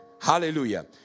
Hallelujah